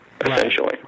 Essentially